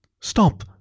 Stop